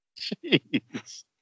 Jeez